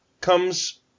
comes